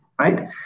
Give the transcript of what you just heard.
right